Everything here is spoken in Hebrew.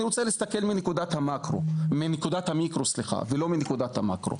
אני רוצה להסתכל מנקודת המיקרו לא מנקודת המקרו.